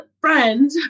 friend